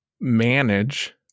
manage